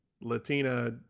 latina